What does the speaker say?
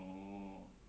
orh